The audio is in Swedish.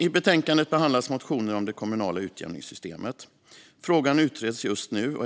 I betänkandet behandlas motioner om det kommunala utjämningssystemet. Frågan utreds just nu.